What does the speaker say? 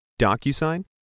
DocuSign